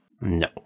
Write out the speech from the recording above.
No